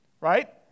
right